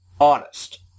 honest